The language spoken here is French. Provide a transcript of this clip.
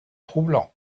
troublants